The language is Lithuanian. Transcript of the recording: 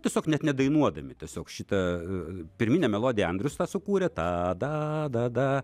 tiesiog net nedainuodami tiesiog šitą pirminę melodiją andrius sukūrė ta da da da